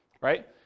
right